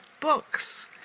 books